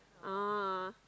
oh